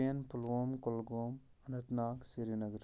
Shopian Pulwama Kulgam Anantnag Srinagar